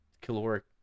caloric